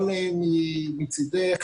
גם מצדך,